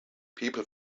people